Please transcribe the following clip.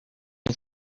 you